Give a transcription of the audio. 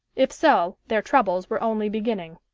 if so, their troubles were only beginning.